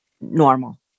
normal